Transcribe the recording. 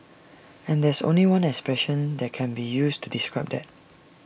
and there's only one expression that can be used to describe that